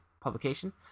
publication